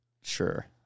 Sure